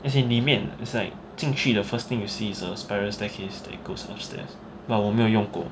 as in 里面 is like 进去 the first thing you see is a spiral staircase that goes upstairs but 我没有用过